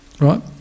right